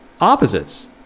opposites